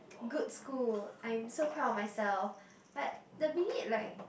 good school I am so proud of myself but the minute like